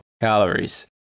calories